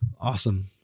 Awesome